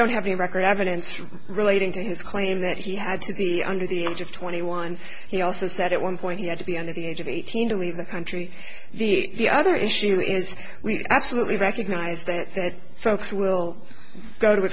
don't have a record evidence relating to his claim that he had to be under the age of twenty one he also said it one point he had to be under the age of eighteen to leave the country the other issue is absolutely recognize that folks will go to